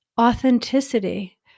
authenticity